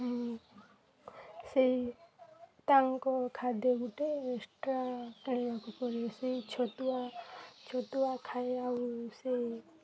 ସେଇ ତାଙ୍କ ଖାଦ୍ୟ ଗୁଟେ ଏକ୍ସଟ୍ରା କିଣିବାକୁ ପଡ଼ିବ ସେଇ ଛତୁଆ ଛତୁଆ ଖାଏ ଆଉ ସେଇ